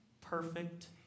perfect